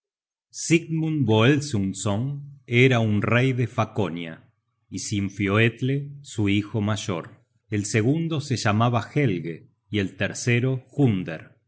voelsungsson era un rey de franconia y sinfioetle su hijo mayor el segundo se llamaba helge y el tercero